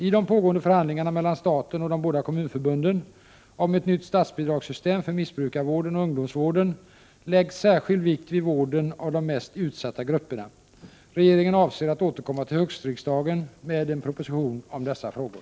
I de pågående förhandlingarna mellan staten och de båda kommunförbunden om ett nytt statsbidragssystem för missbrukarvården och ungdomsvården läggs särskild vikt vid vården av de mest utsatta grupperna. Regeringen avser att återkomma till höstriksdagen med en proposition om dessa frågor.